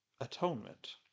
atonement